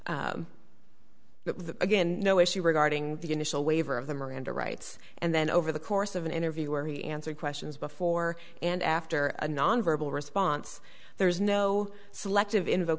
that again no issue regarding the initial waiver of them or into rights and then over the course of an interview where he answered questions before and after a nonverbal response there is no selective